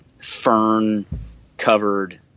fern-covered